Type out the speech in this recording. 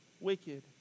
wicked